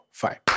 Five